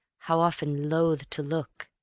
how often loathe to look!